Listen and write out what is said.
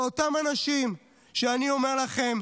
זה אותם אנשים שאני אומר לכם,